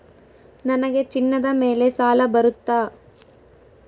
ನನಗೆ ಚಿನ್ನದ ಮೇಲೆ ಸಾಲ ಬರುತ್ತಾ?